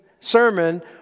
sermon